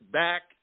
back